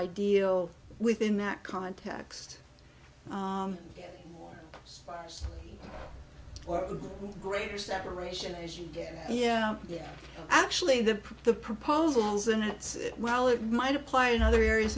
ideal within that context fires or greater separation as you get yeah yeah actually the the proposals and it's while it might apply in other areas